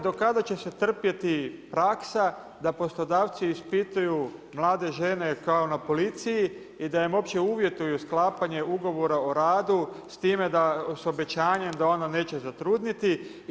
Do kada će se trpjeti praksa da poslodavci ispituju mlade žene kao na policiji i da im uopće uvjetuju sklapanje ugovora o radu s time da, s obećanjem da ona neće zatrudniti.